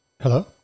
Hello